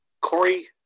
Corey